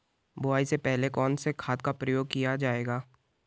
बुआई से पहले कौन से खाद का प्रयोग किया जायेगा?